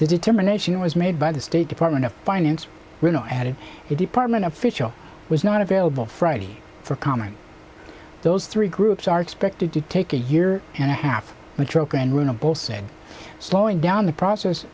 the determination was made by the state department of finance reno added it department official was not available friday for comment those three groups are expected to take a year and a half but jocund runnable said slowing down the process